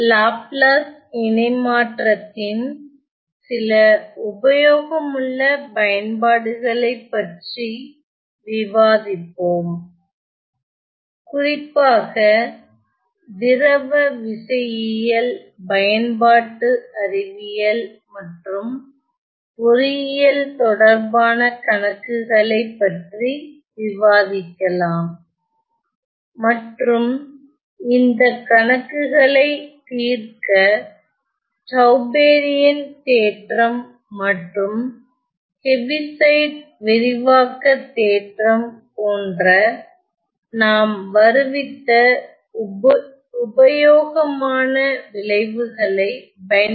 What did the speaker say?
Laplace இணைமாற்றத்தின் சில உபயோகமுள்ள பயன்பாடுகளைப் பற்றி விவாதிப்போம் குறிப்பாக திரவ விசையியல் பயன்பாட்டு அறிவியல் மற்றும் பொறியியல் தொடர்பான கணக்குகளை பற்றி விவாதிக்கலாம் மற்றும் இந்தக் கணக்குகளை தீர்க்க டாவ்பேரின் தேற்றம் மற்றும் ஹெவிசிட் விரிவாக்க தேற்றம் போன்ற நாம் வருவித்த உபயோகமான விளைவுகளை பயன்படுத்த போகிறேன்